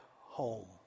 home